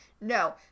no